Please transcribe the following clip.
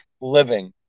living